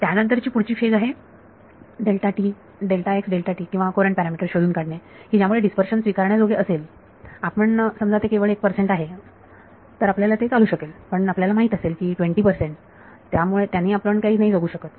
त्यानंतर पुढची फेज आहे किंवा कुरंट पॅरामीटर्स शोधून काढणे की ज्यामुळे डीस्पर्शन स्वीकारण्या जोगे असेल आपण समजा ते केवळ एक पर्सेंट आहे तर आपल्याला ते चालू शकेल पण आपल्याला माहीत असेल की 20 ने आपण नाही जगू शकत